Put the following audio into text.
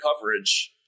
coverage